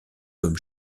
comme